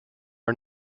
are